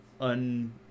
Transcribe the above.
un